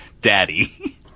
daddy